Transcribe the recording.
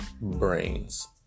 brains